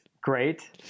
great